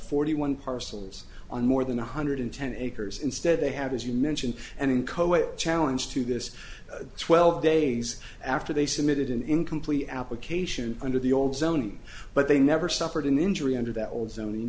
forty one parcels on more than one hundred ten acres instead they have as you mentioned and in co a challenge to this twelve days after they submitted an incomplete application under the old zoning but they never suffered an injury under that old zon